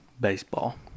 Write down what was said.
baseball